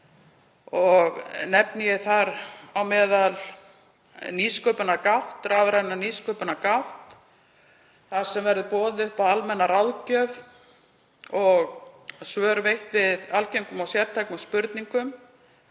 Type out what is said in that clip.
Nefni ég þar á meðal nýsköpunargátt, rafræna nýsköpunargátt, þar sem boðið verður upp á almenna ráðgjöf og svör veitt við algengum og sértækum spurningum